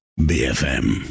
BFM